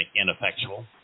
ineffectual